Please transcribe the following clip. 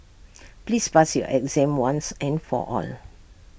please pass your exam once and for all